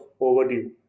overdue